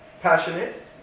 passionate